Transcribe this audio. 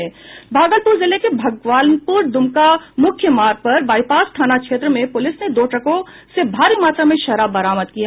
भागलपुर जिले में भागलपुर दुमका मुख्य मार्ग पर बायपास थाना क्षेत्र में प्रलिस ने दो ट्रकों से भारी मात्रा में शराब बरामद की है